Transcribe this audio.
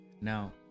now